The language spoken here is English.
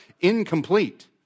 incomplete